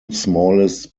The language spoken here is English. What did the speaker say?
smallest